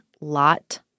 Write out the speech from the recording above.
lot